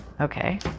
Okay